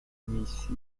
миссии